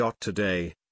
Today